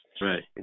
Right